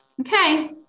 okay